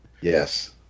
Yes